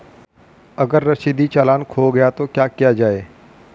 अगर रसीदी चालान खो गया तो क्या किया जाए?